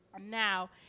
Now